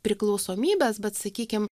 priklausomybes bet sakykim